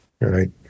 right